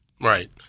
Right